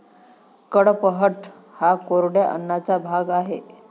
कडपह्नट हा कोरड्या अन्नाचा भाग आहे